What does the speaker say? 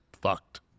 fucked